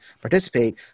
participate